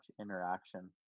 interaction